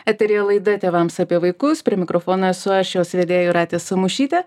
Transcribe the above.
eteryje laida tėvams apie vaikus prie mikrofono esu aš jos vedėja jūratė samušytė